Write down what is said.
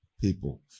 people